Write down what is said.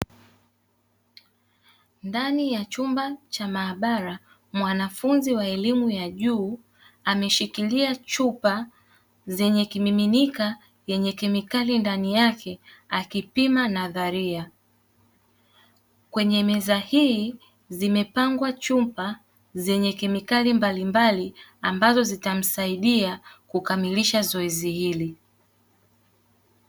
Ndani ya chumba cha maabara mwanafunzi wa elimu ya juu ameshikilia chupa zenye kimiminika yenye kemikali ndani yake akipima nadharia, kwenye meza hii zimepangwa chupa zenye kemikali mbalimbali ambazo zitamsaidia kukamilisha zoezi hili.